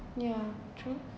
yeah true